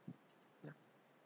ya